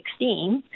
2016